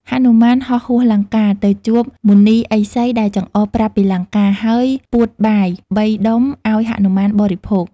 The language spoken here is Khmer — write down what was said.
ហនុមានហោះហួសលង្កា ទៅជួបមុនីឥសីដែលចង្អុលប្រាប់ពីលង្កា ហើយពួតបាយ ៣ដុំឱ្យហនុមានបរិភោគ។